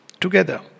together